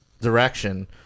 direction